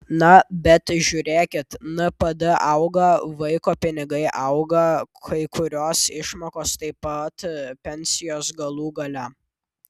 na bet žiūrėkit npd auga vaiko pinigai auga kai kurios išmokos taip pat pensijos galų gale